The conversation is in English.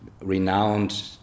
renowned